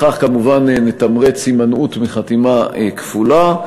בכך כמובן נתמרץ הימנעות מחתימה כפולה.